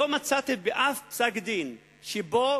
לא מצאתי אף פסק-דין שבו